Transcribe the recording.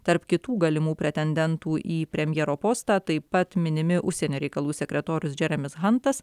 tarp kitų galimų pretendentų į premjero postą taip pat minimi užsienio reikalų sekretorius džeremis hantas